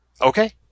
Okay